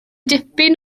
dipyn